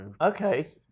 Okay